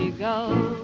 go,